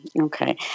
Okay